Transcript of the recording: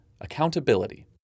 Accountability